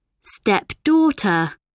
stepdaughter